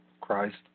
Christ